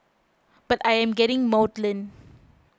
but I am getting maudlin